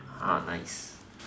nice